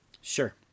Sure